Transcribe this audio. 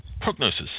Prognosis